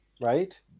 Right